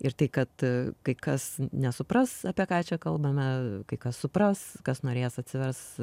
ir tai kad kai kas nesupras apie ką čia kalbame kai kas supras kas norės atsivers